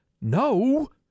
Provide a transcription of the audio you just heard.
No